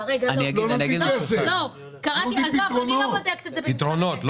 לא נותנים כסף, לא נותנים פתרונות.